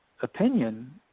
opinion